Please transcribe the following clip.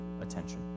attention